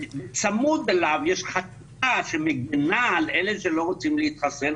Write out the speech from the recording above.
צמוד אליו יש חקיקה שמגנה על אלה שלא רוצים להתחסן.